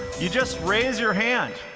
you just raise your hand.